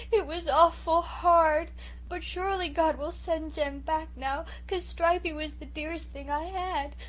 it was awful hard but surely god will send jem back now, cause stripey was the dearest thing i had.